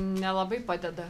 nelabai padeda